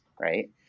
right